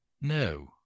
No